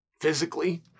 physically